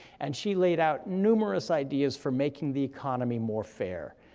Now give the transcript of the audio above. and she laid out numerous ideas for making the economy more fair,